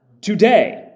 today